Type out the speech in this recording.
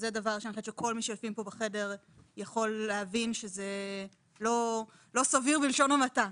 שזה דבר שכל מי שיושב פה בחדר יכול להבין שזה לא סביר בלשון המעטה,